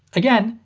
again,